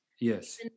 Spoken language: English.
Yes